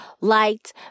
liked